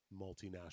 multinational